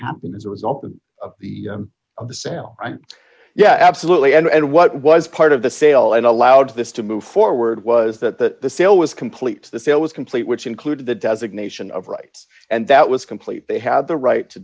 happen as a result of the of the sale and yeah absolutely and what was part of the sale and allowed this to move forward was that the sale was complete the sale was complete which included the designation of rights and that was complete they had the right to